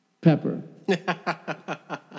Pepper